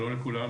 שלום לכולם,